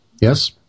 Yes